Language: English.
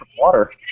water